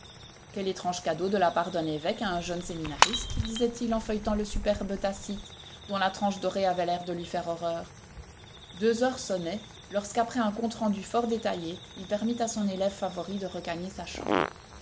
quel étrange cadeau de la part d'un évoque à un jeune séminariste disait-il en feuilletant le superbe tacite dont la tranche dorée avait l'air de lui faire horreur deux heures sonnaient lorsque après un compte rendu fort détaillé il permit à son élève favori de regagner sa chambre